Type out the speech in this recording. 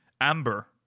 amber